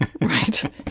Right